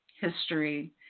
history